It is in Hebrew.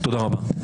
תודה רבה.